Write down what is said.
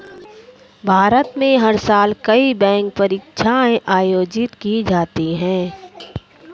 भारत में हर साल कई बैंक परीक्षाएं आयोजित की जाती हैं